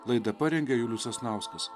laidą parengė julius sasnauskas